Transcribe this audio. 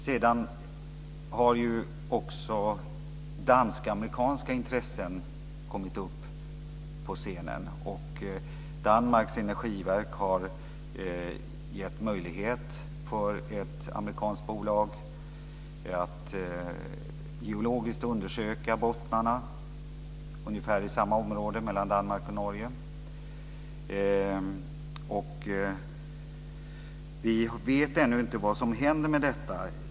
Sedan har ju också dansk-amerikanska intressen kommit upp på scenen. Danmarks energiverk har gett möjlighet för ett amerikanskt bolag att geologiskt undersöka bottnarna ungefär i samma område mellan Danmark och Norge. Vi vet ännu inte vad som händer med detta.